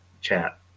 chat